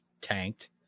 tanked